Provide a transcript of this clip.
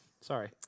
sorry